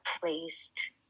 placed